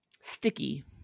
Sticky